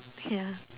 ya